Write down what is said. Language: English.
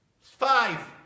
Five